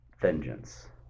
Vengeance